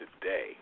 Today